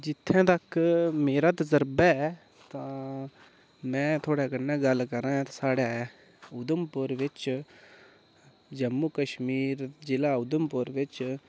जित्थै तक मेरा तजरबा ऐ तां में थुआढ़े कन्नै गल्ल करां साढ़ै उधमपुर बिच्च जम्मू कश्मीर जि'ला उधमपुर बिच्च